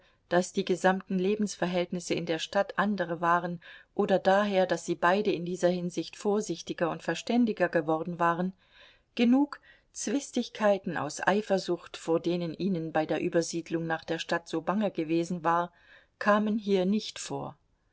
daß die gesamten lebensverhältnisse in der stadt andere waren oder daher daß sie beide in dieser hinsicht vorsichtiger und verständiger geworden waren genug zwistigkeiten aus eifersucht vor denen ihnen bei der übersiedlung nach der stadt so bange gewesen war kamen hier nicht vor